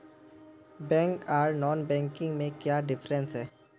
Bank आर non banking में क्याँ डिफरेंस है?